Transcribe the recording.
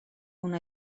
una